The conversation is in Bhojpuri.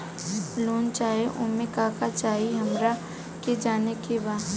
लोन चाही उमे का का चाही हमरा के जाने के बा?